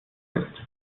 ist